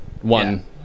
one